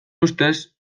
ustez